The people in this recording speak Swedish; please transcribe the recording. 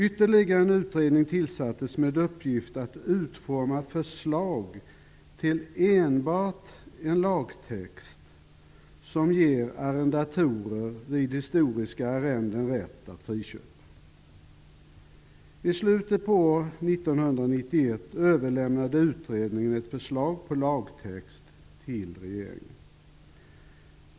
Ytterligare en utredning tillsattes med uppgift att utforma förslag till enbart en lagtext som ger arrendatorer vid historiska arrenden rätt att friköpa. I slutet av 1991 överlämnade utredningen ett förslag till lagtext till regeringen.